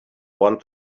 want